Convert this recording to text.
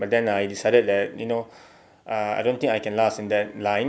but then I decided that you know uh I don't think I can last in that line